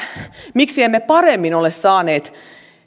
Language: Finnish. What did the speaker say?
miksi emme paremmin ole saaneet